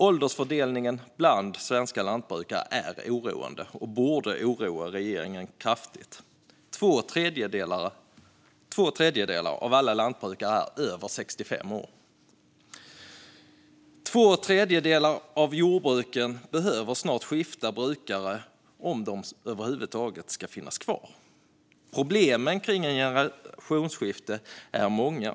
Åldersfördelningen bland lantbrukare är oroande och borde oroa regeringen mycket. Två tredjedelar av alla lantbrukare är över 65 år. Två tredjedelar av jordbruken behöver snart skifta brukare om de över huvud taget ska finnas kvar. Problemen kring ett generationsskifte är många.